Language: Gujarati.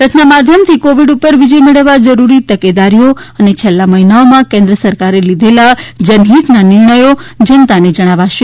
રથના માધ્યમથી કોવિડ ઉપર વિજય મેળવવા જરૂરી તકેદારીઓ અને છેલ્લા મહિનાઓમાં કેન્દ્ર સરકારે લીધેલા જનહિતના નિર્ણયો જનતાને જણાવાશે